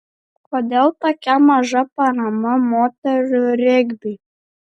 kodėl tokia maža parama moterų regbiui